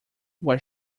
was